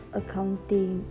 accounting